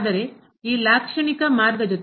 ಆದರೆ ಈ ಲಾಕ್ಷಣಿಕ ಮಾರ್ಗ ಜೊತೆ